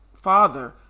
father